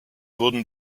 wurden